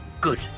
Good